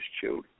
children